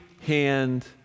hand